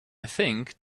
think